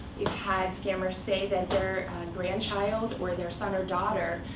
we've had scammers say that their grandchild, or their son or daughter,